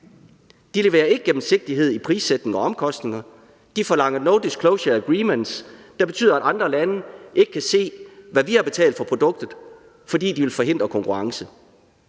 De leverer ikke gennemsigtighed i prissætning og omkostninger. De forlanger non-disclosure agreements, der betyder, at andre lande ikke kan se, hvad vi har betalt for produktet, fordi de vil forhindre konkurrence.